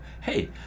Hey